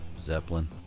Zeppelin